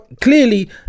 clearly